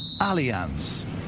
Alliance